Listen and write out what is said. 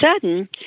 sudden